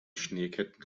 schneeketten